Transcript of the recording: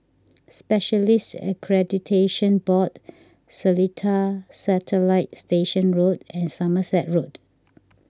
Specialists Accreditation Board Seletar Satellite Station Road and Somerset Road